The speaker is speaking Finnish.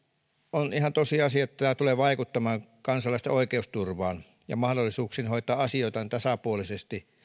on ihan tosiasia että tämä tulee vaikuttamaan kansalaisten oikeusturvaan ja mahdollisuuksiin hoitaa asioitaan tasapuolisesti